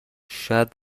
شاید